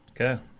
Okay